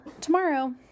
tomorrow